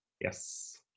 Yes